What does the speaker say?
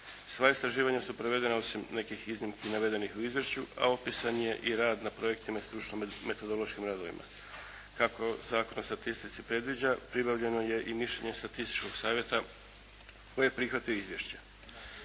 Sva istraživanja su provedena osim nekih iznimki navedenih u izvješću a opisan je i rad na projektima i stručno-metodološkim radovima. Kako Zakon o statistici predviđa pribavljeno je i mišljenje Statističkog savjeta koji je prihvatio izvješće.